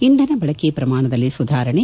ಇಂಧನ ಬಳಕೆ ಕ್ರಮಾಣದಲ್ಲಿ ಸುಧಾರಣೆ